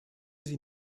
sie